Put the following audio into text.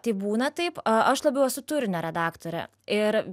tai būna taip aa aš labiau esu turinio redaktorė ir